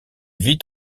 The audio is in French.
vit